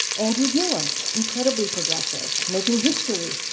andrew gillam, incredibly progressive, making history.